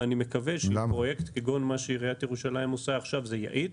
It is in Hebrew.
ואני מקווה שעם פרויקט כגון מה שירושלים עושה עכשיו זה יאיץ.